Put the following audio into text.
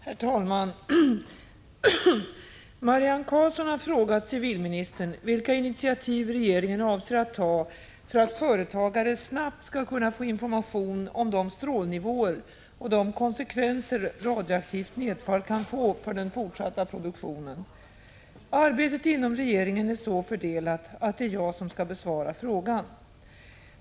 Herr talman! Marianne Karlsson har frågat civilministern vilka initiativ regeringen avser att ta för att företagare snabbt skall kunna få information om de strålnivåer och de konsekvenser radioaktivt nedfall kan få för den fortsatta produktionen. Arbetet inom regeringen är så fördelat att det är jag som skall besvara frågan.